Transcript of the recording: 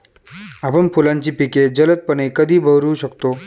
आपण फुलांची पिके जलदपणे कधी बहरू शकतो?